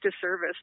disservice